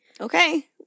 Okay